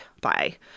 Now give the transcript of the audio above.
bye